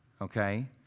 okay